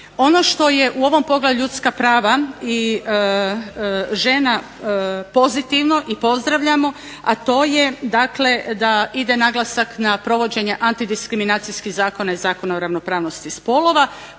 Ono što je u ovom Poglavlju – Ljudska prava žena pozitivno i pozdravljamo, a to je dakle da ide naglasak na provođenje antidiskriminacijskih zakona i Zakona o ravnopravnosti spolova